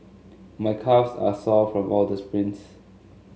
my calves are sore from all the sprints